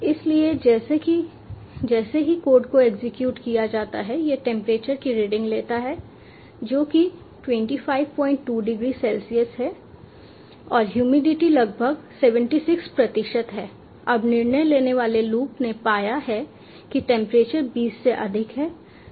इसलिए जैसे ही कोड को एग्जीक्यूट किया जाता है यह टेंपरेचर की रीडिंग लेता है जो कि 252 डिग्री सेल्सियस है और ह्यूमिडिटी लगभग 76 प्रतिशत है अब निर्णय लेने वाले लूप ने पाया है कि टेंपरेचर बीस से अधिक है